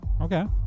Okay